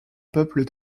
peuple